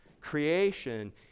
creation